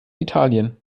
italien